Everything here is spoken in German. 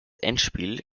endspiel